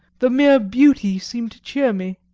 the mere beauty seemed to cheer me